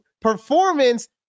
performance